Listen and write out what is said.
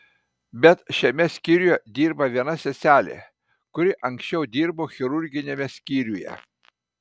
bet šiame skyriuje dirba viena seselė kuri anksčiau dirbo chirurginiame skyriuje